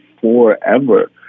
forever